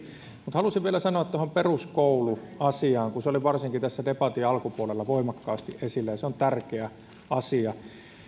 haluaisin vielä sanoa tuosta peruskouluasiasta kun se oli varsinkin tässä debatin alkupuolella voimakkaasti esillä ja se on tärkeä asia